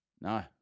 No